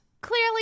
clearly